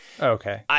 Okay